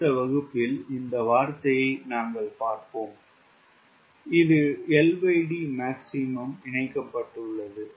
அடுத்த வகுப்பில் இந்த வார்த்தையை நாங்கள் பார்ப்போம் இது LD maximum இணைக்கப்பட்டுள்ளது